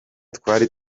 twari